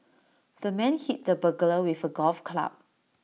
the man hit the burglar with A golf club